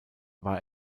war